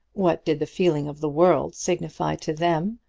what did the feeling of the world signify to them,